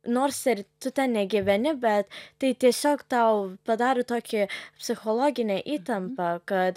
nors ir tu ten negyveni bet tai tiesiog tau padaro tokį psichologinę įtampą kad